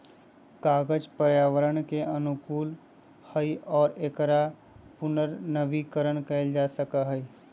कागज पर्यावरण के अनुकूल हई और एकरा पुनर्नवीनीकरण कइल जा सका हई